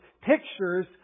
pictures